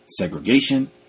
segregation